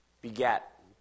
Beget